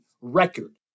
record